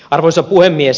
arvoisa puhemies